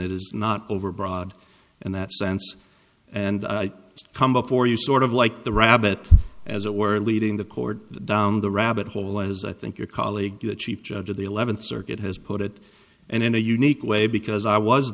it is not over broad and that sense and i come up for you sort of like the rabbit as it were leading the court down the rabbit hole as i think your colleague the chief judge of the eleventh circuit has put it and in a unique way because i was